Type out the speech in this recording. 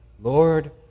Lord